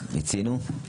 מיצינו?